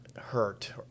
hurt